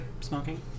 smoking